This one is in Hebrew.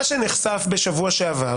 מה שנחשף בשבוע שעבר